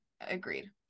agreed